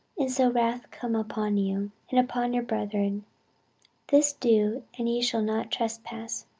and so wrath come upon you, and upon your brethren this do, and ye shall not trespass.